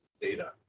data